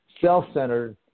self-centered